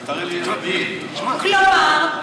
כלומר,